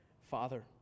Father